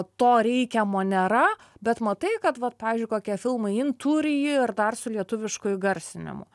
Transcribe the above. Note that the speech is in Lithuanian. to reikiamo nėra bet matai kad vat pavyzdžiui kokie filmai in turi jį ir dar su lietuvišku įgarsinimu